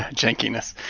ah jenkiness.